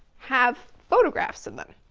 have photographs in them.